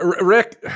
rick